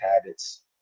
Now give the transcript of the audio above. habits